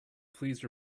please